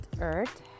earth